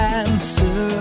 answer